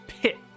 pit